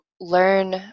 learn